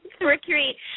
Mercury